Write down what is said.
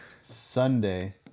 Sunday